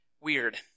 weird